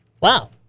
Wow